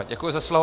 Děkuji za slovo.